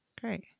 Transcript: great